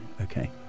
Okay